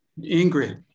Ingrid